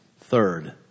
Third